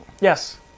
Yes